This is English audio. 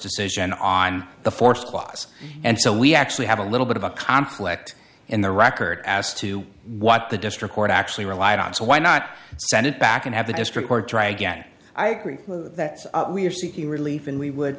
clause and so we actually have a little bit of a conflict in the record as to what the district court actually relied on so why not send it back and have the district court try again i agree that we are seeking relief and we would